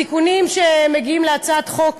התיקונים המוצעים בהצעת חוק